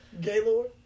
Gaylord